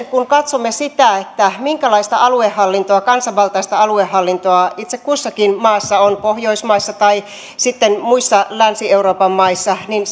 kun katsomme sitä minkälaista aluehallintoa kansanvaltaista aluehallintoa itse kussakin maassa on pohjoismaissa tai sitten muissa länsi euroopan maissa niin